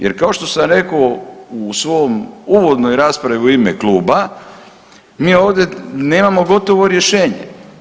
Jer kao što sam rekao u svom uvodnoj raspravi u ime kluba, mi ovdje nemamo gotovo rješenje.